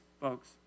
folks